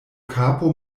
kapo